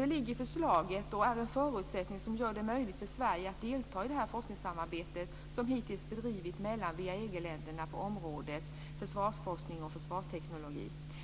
Det ligger i förslaget och är en förutsättning som gör det möjligt för Sverige att delta i forskningssamarbetet som hittills bedrivits mellan WEAG